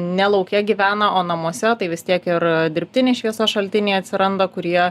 ne lauke gyvena o namuose tai vis tiek ir dirbtiniai šviesos šaltiniai atsiranda kurie